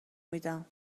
میدم